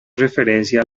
referencia